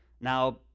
Now